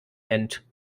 nennt